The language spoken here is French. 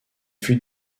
fut